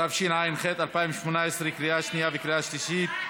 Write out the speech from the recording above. התשע"ח 2018, לקריאה שנייה וקריאה שלישית.